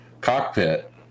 cockpit